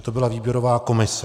To byla výběrová komise.